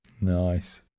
nice